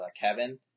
Kevin